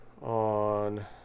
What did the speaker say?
on